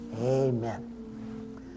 Amen